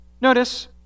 Notice